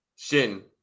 Shin